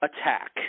attack